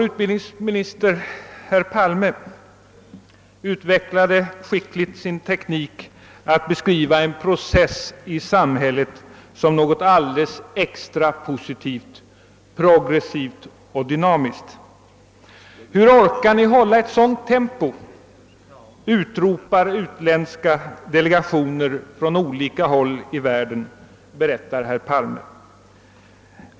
Utbildningsminister Palme utvecklade skickligt sin teknik att beskriva den Process, som nu pågår i vårt samhälle som något alldeles extra positivt, progressivt och dynamiskt. Hur orkar ni hålla ett sådant tempo, utropar utländska delegationer från olika håll i världen, berättar herr Palme.